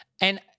And-